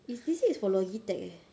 it's they say it's for Logitech eh